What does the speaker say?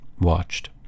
watched